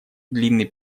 длинный